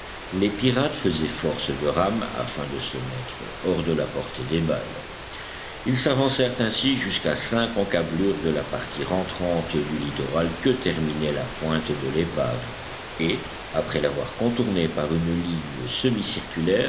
les pirates faisaient force de rames afin de se mettre hors de la portée des balles ils s'avancèrent ainsi jusqu'à cinq encablures de la partie rentrante du littoral que terminait la pointe de l'épave et après l'avoir contournée par une ligne